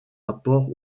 rapport